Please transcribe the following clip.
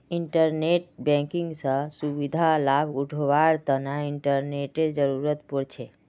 internet banking स सुविधार लाभ उठावार तना इंटरनेटेर जरुरत पोर छे